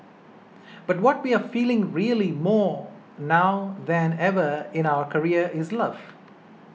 but what we are feeling really more now than ever in our career is love